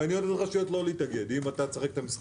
אומר לרשויות לא להתאגד אם תשחק את המשחקים.